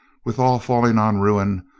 with all falling on ruin,